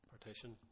Partition